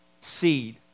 seed